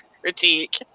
critique